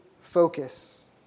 focus